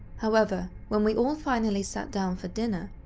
however, when we all finally sat down for dinner,